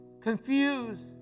confused